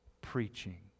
preaching